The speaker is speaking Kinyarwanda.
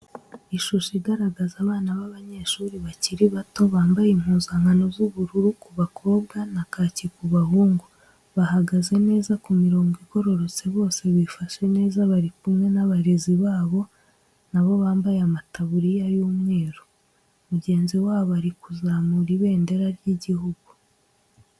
Ishusho igaragaza abana b'abanyeshuri bakiri bato, bambaye impuzankano z'ubururu ku bakobwa na kaki ku bahungu, bahagaze neza ku mirongo igororotse bose bifashe neza bari kumwe n'abarezi babo nabo bambaye amataburiya y'umweru, mugenzi wabo ari kuzamura ibendera ry'igihugu.